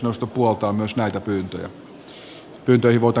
puhemiesneuvosto puoltaa pyyntöjä